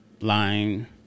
line